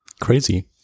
Crazy